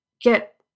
get